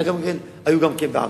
וחלקם היו גם בעבר,